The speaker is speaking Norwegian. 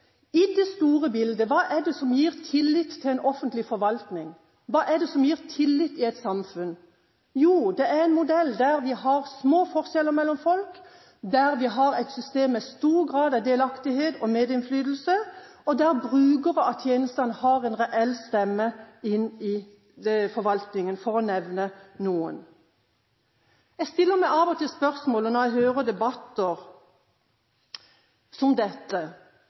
I det store bildet: Hva er det som gir tillit til en offentlig forvaltning? Hva er det som gir tillit i et samfunn? Jo, det er en modell der vi har små forskjeller mellom folk, der vi har et system med stor grad av delaktighet og medinnflytelse, og der brukere av tjenester har en reell stemme inn i forvaltningen – for å nevne noe. Jeg stiller meg av og til spørsmålet når jeg hører debatter som